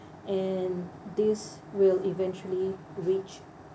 and this will eventually reach